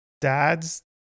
dads